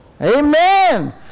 Amen